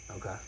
Okay